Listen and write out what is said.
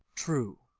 true,